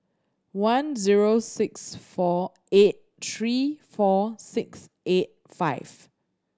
one zero six four eight three four six eight five